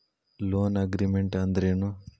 Loan agreement ಅಂದ್ರೇನು?